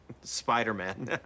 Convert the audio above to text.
Spider-Man